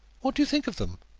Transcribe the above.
what do you think of them?